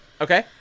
Okay